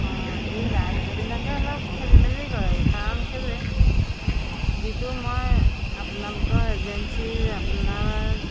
অঁ এই ডাইভাৰবিলাকে অলপ খেলিমেলি কৰে কাৰণ কেলৈ যিটো মই আপোনালোকৰ এজেঞ্চিৰ আপোনাৰ